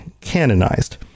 canonized